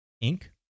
Ink